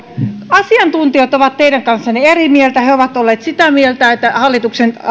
asiantuntijat ovat teidän kanssanne eri mieltä he ovat olleet sitä mieltä että hallituksen